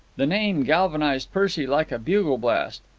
the name galvanized percy like a bugle-blast.